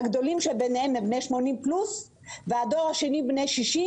הגדולים שביניהם הם בני 80+ והדור השני בני 60,